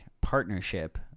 partnership